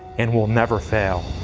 and will never fail.